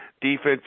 defense